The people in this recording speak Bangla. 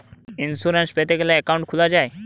ইইন্সুরেন্স পেতে গ্যালে একউন্ট খুলা যায়